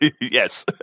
Yes